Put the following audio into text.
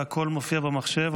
והכול מופיע במחשב.